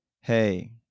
hey